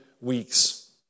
weeks